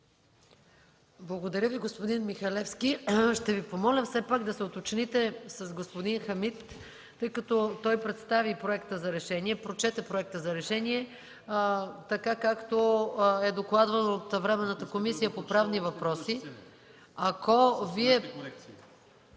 Благодаря Ви, господин Михалевски. Ще Ви помоля все пак да се уточните с господин Хамид, тъй като той представи и прочете Проекта за решение, така както е докладвано във Временната комисия по правни въпроси. Ако Вие